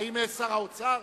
שר האוצר?